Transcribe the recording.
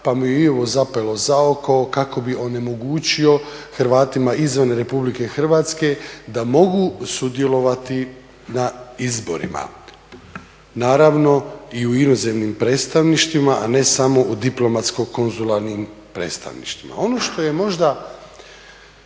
pa mu je i ovo zapelo za oko kako bi onemogućio Hrvatima izvan Republike Hrvatske da mogu sudjelovati na izborima naravno i u inozemnim predstavništvima, a ne samo u diplomatsko-konzularnim predstavništvima. Ono što je možda